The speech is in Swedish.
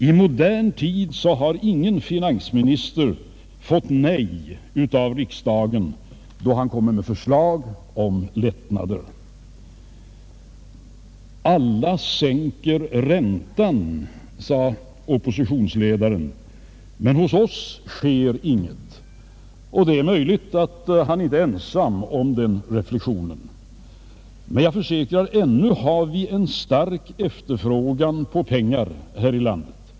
I modern tid har ingen finansminister fått nej av riksdagen då han lagt fram förslag om lättnader. Alla sänker räntan, sade oppositionsledaren, men hos oss sker ingenting. Det är möjligt att han inte är ensam om den reflexionen, men jag försäkrar att vi ännu har en stark efterfrågan på pengar här i landet.